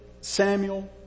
Samuel